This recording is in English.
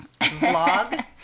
vlog